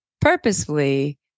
purposefully